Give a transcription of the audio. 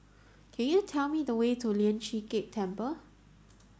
can you tell me the way to Lian Chee Kek Temple